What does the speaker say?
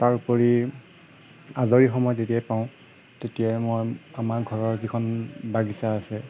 তাৰোপৰি আজৰি সময় যেতিয়াই পাওঁ তেতিয়াই মই আমাৰ ঘৰৰ যিখন বাগিচা আছে